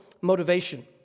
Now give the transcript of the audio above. motivation